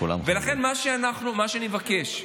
ולכן מה שאני מבקש,